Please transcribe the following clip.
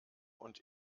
und